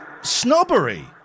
snobbery